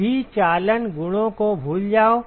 सभी चालन गुणों को भूल जाओ